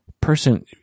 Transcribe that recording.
person